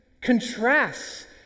contrasts